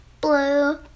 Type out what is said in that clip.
blue